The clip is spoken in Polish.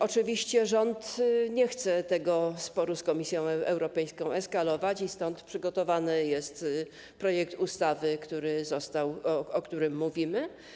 Oczywiście rząd nie chce tego sporu z Komisją Europejską eskalować i stąd przygotowany jest projekt ustawy, o którym mówimy.